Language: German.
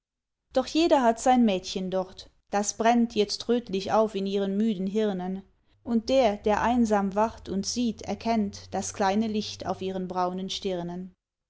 doch jeder hat sein mädchen dort das brennt jetzt rötlich auf in ihren müden hirnen und der der einsam wacht und sieht erkennt das kleine licht auf ihren braunen stirnen